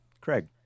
Craig